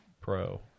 Pro